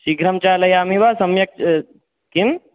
शीघ्रं चालयामि वा सम्यक् किं